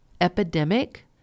epidemic